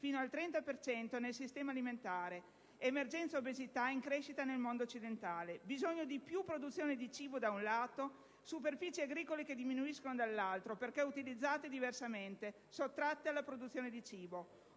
fino al 30 per cento nel sistema alimentare; emergenza obesità in crescita nel mondo occidentale; bisogno di maggiore produzione di cibo, da un lato, superfici agricole che diminuiscono, perché utilizzate diversamente e sottratte alla produzione di cibo,